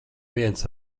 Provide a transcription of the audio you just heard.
viens